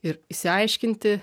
ir išsiaiškinti